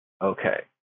Okay